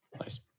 Nice